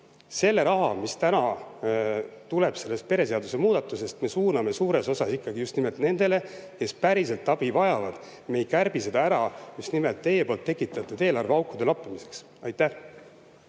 selle raha, mis tuleb sellest pereseaduse muudatusest, me suuname suures osas just nimelt nendele, kes päriselt abi vajavad. Me ei kärbi seda just nimelt teie poolt tekitatud eelarveaukude lappimiseks. Aitäh!